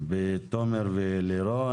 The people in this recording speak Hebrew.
בתומר ולירון.